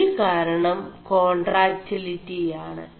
ഒരു കാരണം േകാൺ4ടാക്ിലിി ആണ്